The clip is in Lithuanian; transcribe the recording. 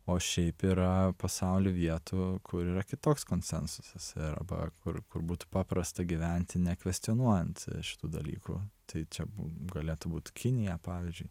o šiaip yra pasauly vietų kur yra kitoks konsensusas arba kur kur būtų paprasta gyventi nekvestionuojant šitų dalykų tai čia galėtų būt kinija pavyzdžiui